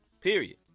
Period